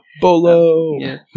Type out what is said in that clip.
Bolo